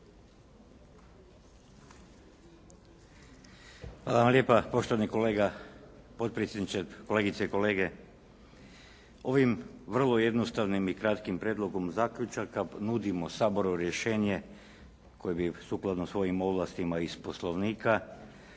Hvala vam lijepa poštovani kolega potpredsjedniče. Kolegice i kolege, ovim vrlo jednostavnim i kratkim prijedlogom zaključaka nudimo Saboru rješenje koje bi sukladno svojim ovlastima iz Poslovnika Vladu